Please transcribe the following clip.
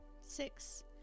six